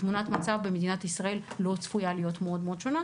שתמונת המצב במדינת ישראל לא צפויה להיות מאוד שונה,